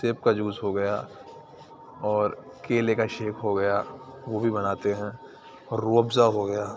سیب کا جوس ہو گیا اور کیلے کا شیک ہو گیا وہ بھی بناتے ہیں اور روح افزاء ہو گیا